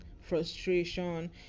frustration